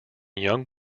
young